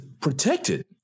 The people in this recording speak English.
protected